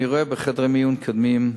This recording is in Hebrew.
אני רואה בחדרי מיון קדמיים,